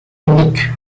uniques